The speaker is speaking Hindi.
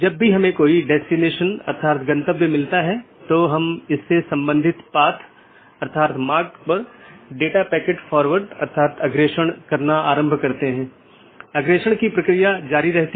इसलिए हमारा मूल उद्देश्य यह है कि अगर किसी ऑटॉनमस सिस्टम का एक पैकेट किसी अन्य स्थान पर एक ऑटॉनमस सिस्टम से संवाद करना चाहता है तो यह कैसे रूट किया जाएगा